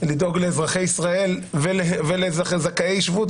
לדאוג לאזרחי ישראל ולזכאי השבות.